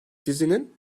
dizinin